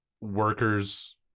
workers